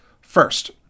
First